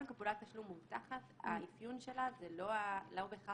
הרעיון הוא שהלקוח הוא ודאי לא זה שמכיר